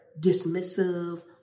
dismissive